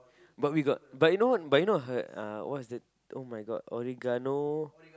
but we got but you know but you know heard uh what is that [oh]-my-god Oregano